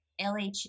LH